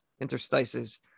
interstices